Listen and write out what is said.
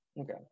Okay